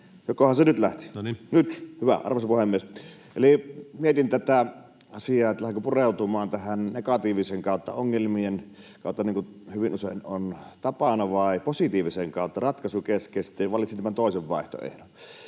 Jokohan se nyt lähti? — Nyt, hyvä! Arvoisa puhemies! Eli mietin tätä asiaa, lähdenkö pureutumaan tähän negatiivisen kautta, ongelmien kautta, niin kuin hyvin usein on tapana, vai positiivisen kautta, ratkaisukeskeisesti, ja valitsin tämän toisen vaihtoehdon.